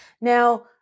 Now